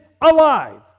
alive